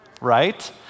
right